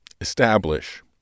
establish